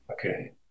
Okay